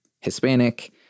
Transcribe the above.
Hispanic